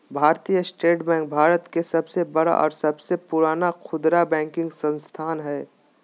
भारतीय state bank Bharat के सबसे बड़ा और सबसे पुराना खुदरा बैंकिंग संस्थान हइ